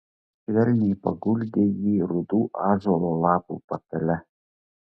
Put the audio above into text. švelniai paguldė jį rudų ąžuolo lapų patale